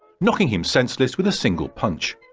knocking him senseless with a single punch.